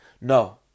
No